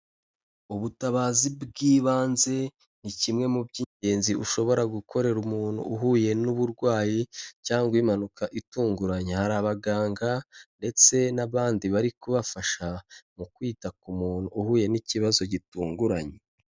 Ubutabazi bw'ibanze ni kimwe mu by'ingenzi ushobora gukorera umuntu uhuye n'uburwayi cyangwa impanuka itunguranye. Hari abaganga ndetse n'abandi bari kubafasha mu kwita ku muntu uhuye n'ikibazo gitunguranye.